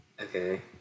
Okay